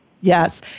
Yes